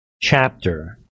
chapter